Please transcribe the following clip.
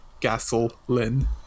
Gasoline